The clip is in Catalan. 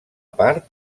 part